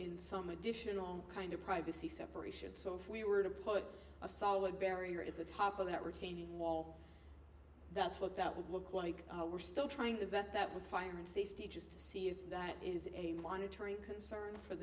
in some additional kind of privacy separation so if we were to put a solid barrier at the top of that retaining wall that's what that would look like we're still trying to vet that with fire and safety just to see if that is a monitoring concern for